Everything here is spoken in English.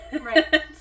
Right